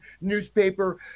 newspaper